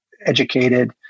educated